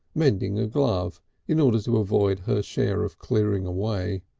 mending a glove in order to avoid her share of clearing away.